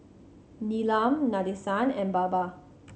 Neelam Nadesan and Baba